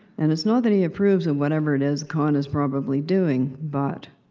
and it's not that he approves of whatever it is conn is probably doing, but.